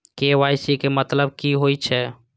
KYC के मतलब की होई छै?